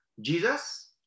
Jesus